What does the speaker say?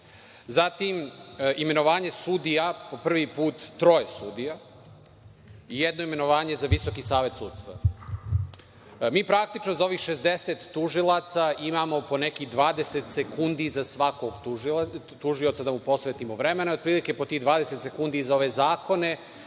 Zatim, imenovanje sudija po prvi put, troje sudija i jedno imenovanje za Visoki savet sudstva. Mi praktično za ovih 60 tužilaca imamo po nekih 20 sekundi za svakog tužioca da mu posvetimo vremena, otprilike po tih 20 sekundi i za ove zakone